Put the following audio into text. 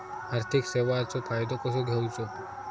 आर्थिक सेवाचो फायदो कसो घेवचो?